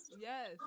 Yes